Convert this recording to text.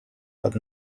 but